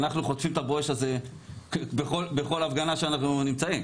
אנחנו חוטפים את ה"בואש" הזה בכל הפגנה שאנחנו נמצאים.